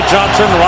Johnson